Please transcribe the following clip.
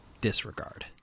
disregard